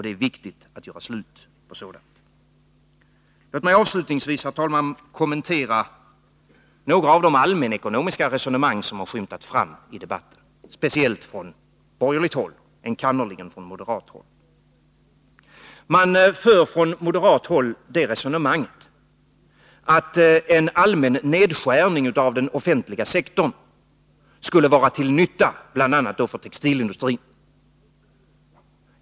Det är viktigt att göra slut på sådant. Låt mig avslutningsvis, herr talman, kommentera några av de allmänekonomiska resonemang som har skymtat fram i debatten, speciellt i inläggen från borgerligt håll och enkannerligen från moderat håll. Man för från moderat håll det resonemanget, att en allmän nedskärning av den offentliga sektorn skulle vara till nytta, bl.a. för textilindustrin.